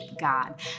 God